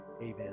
Amen